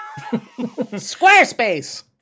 Squarespace